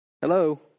Hello